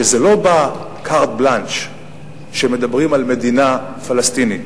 שזה לא בא carte blanche שמדברים על מדינה פלסטינית.